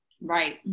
Right